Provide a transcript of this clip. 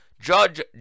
Judge